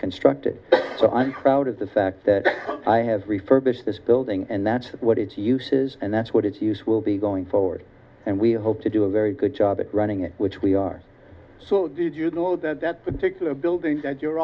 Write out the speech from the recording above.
constructed so i'm proud of the fact that i have refurbished this building and that's what it uses and that's what it's use will be going forward and we hope to do a very good job of running it which we are so good you know that that particular building that you're